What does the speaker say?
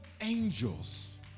angels